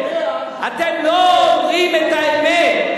אתם לא אומרים את האמת.